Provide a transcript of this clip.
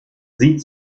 sieh